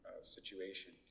situation